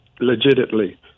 legitimately